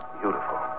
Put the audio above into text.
beautiful